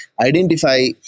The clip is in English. identify